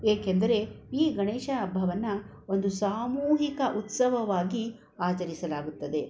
ಏಕೆಂದರೆ ಈ ಗಣೇಶ ಹಬ್ಬವನ್ನ ಒಂದು ಸಾಮೂಹಿಕ ಉತ್ಸವವಾಗಿ ಆಚರಿಸಲಾಗುತ್ತದೆ